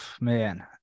man